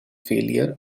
failure